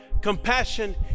compassion